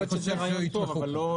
זה רעיון טוב.